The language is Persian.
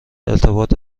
ارتباط